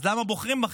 אז למה בוחרים בכם?